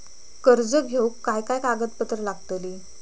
कर्ज घेऊक काय काय कागदपत्र लागतली?